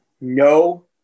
No